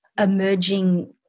emerging